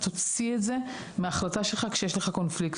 תוציא את זה מההחלטה שלך כשיש לך קונפליקט,